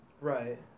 Right